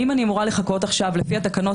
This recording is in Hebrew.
האם אני אמורה לחכות עכשיו לפי התקנות